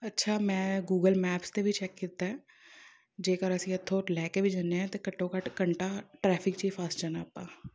ਅੱਛਾ ਮੈਂ Google Maps 'ਤੇ ਵੀ ਚੈੱਕ ਕੀਤਾ ਜੇਕਰ ਅਸੀਂ ਇੱਥੋਂ ਲੈ ਕੇ ਵੀ ਜਾਂਦੇ ਹਾਂ ਤਾਂ ਘੱਟੋ ਘੱਟ ਘੰਟਾ ਟਰੈਫਿਕ 'ਚ ਹੀ ਫਸ ਜਾਣਾ ਆਪਾਂ